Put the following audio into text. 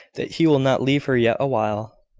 that he will not leave her yet awhile.